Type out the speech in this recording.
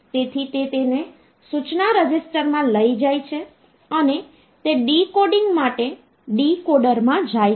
તેથી તે તેને સૂચના રજિસ્ટરમાં લઈ જાય છે અને તે ડીકોડિંગ માટે ડીકોડરમાં જાય છે